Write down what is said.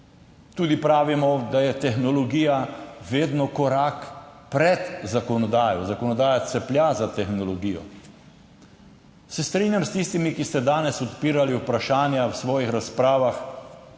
tudi pravimo, da je tehnologija vedno korak pred zakonodajo, zakonodaja caplja za tehnologijo. Strinjam se s tistimi, ki ste danes odpirali vprašanja v svojih razpravah,